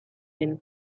den